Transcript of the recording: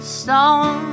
stone